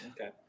Okay